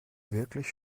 wirklich